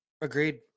Agreed